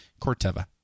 Corteva